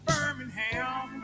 Birmingham